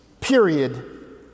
period